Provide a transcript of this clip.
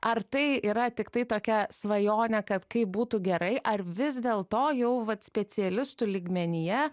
ar tai yra tiktai tokia svajonė kad kaip būtų gerai ar vis dėlto jau vat specialistų lygmenyje